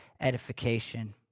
edification